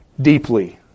deeply